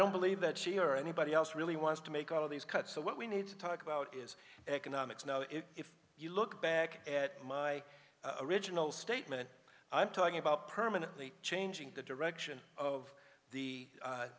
don't believe that she or anybody else really wants to make all of these cuts so what we need to talk about is economics no it if you look back at my original statement i'm talking about permanently changing the direction of the